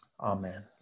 amen